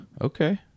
Okay